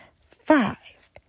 Five